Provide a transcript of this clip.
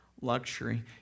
luxury